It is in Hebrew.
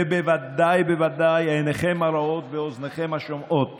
ובוודאי בוודאי עיניכם הרואות ואוזניכם השומעות